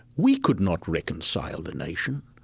we could not reconcile the nation.